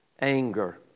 Anger